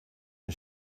een